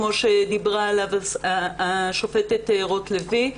כמו שדיברה עליו השופטת רוטלוי,